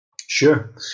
Sure